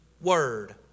word